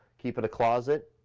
keep it a closet,